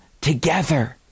together